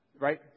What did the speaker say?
right